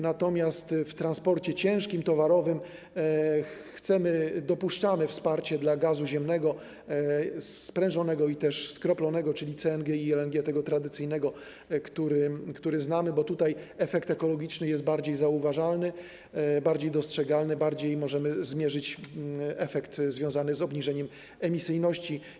Natomiast w transporcie ciężkim, towarowym dopuszczamy wsparcie dla gazu ziemnego sprężonego i skroplonego, czyli CNG i LNG, tego tradycyjnego, który znamy, bo w tym przypadku efekt ekologiczny jest bardziej zauważalny, bardziej dostrzegalny, lepiej możemy zmierzyć efekt związany z obniżeniem emisyjności.